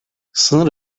sınır